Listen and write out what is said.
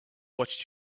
watched